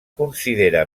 considera